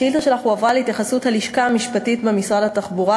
השאילתה שלך הועברה להתייחסות הלשכה המשפטית במשרד התחבורה,